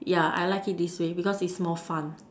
yeah I like it this way because is more fun